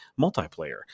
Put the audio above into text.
multiplayer